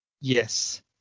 Yes